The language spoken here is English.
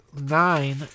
nine